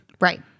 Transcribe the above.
Right